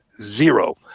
Zero